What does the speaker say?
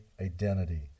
identity